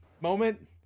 moment